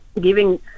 giving